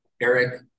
Eric